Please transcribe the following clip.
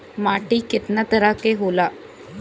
माटी केतना तरह के होला?